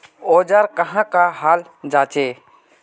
औजार कहाँ का हाल जांचें?